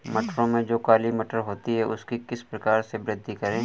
मटरों में जो काली मटर होती है उसकी किस प्रकार से वृद्धि करें?